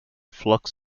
flux